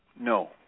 No